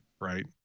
Right